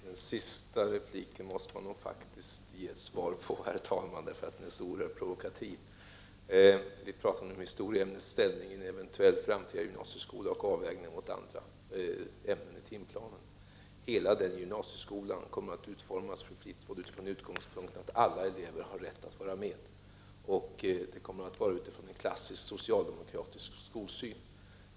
Herr talman! Den sista repliken måste jag nog ge ett svar på eftersom den är så oerhört provokativ. Vi talar nu om historieämnets ställning i en eventuell framtida gymnasieskola, och ämnets avvägning mot andra ämnen i timplanen. Hela denna framtida gymnasieskola kommer, fru Fleetwood, att utformas utifrån utgångspunkten att alla elever har rätt att vara med. Utformningen kommer att ske utifrån en klassiskt socialdemokratisk skolsyn.